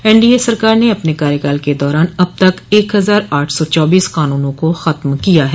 NDA सरकार ने अपने कार्यकाल के दौरान अब तक एक हज़ार आठ सौ चौबीस कानूनों को खत्म किया है